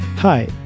Hi